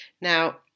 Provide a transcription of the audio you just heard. Now